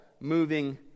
moving